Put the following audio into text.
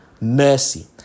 mercy